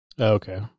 okay